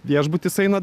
viešbutis eina